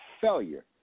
failure